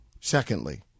Secondly